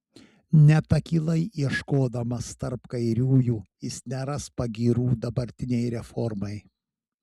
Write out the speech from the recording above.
net akylai ieškodamas tarp kairiųjų jis neras pagyrų dabartinei reformai